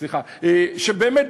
שבאמת,